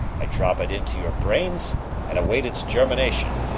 i drop it into your brains and await its germination.